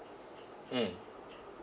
mm